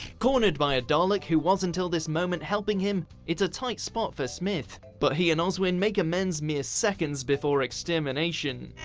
cornered by a dalek who was until this moment helping him, it's a tight spot for smith. but he and oswin make amends mere seconds before extermination.